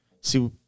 See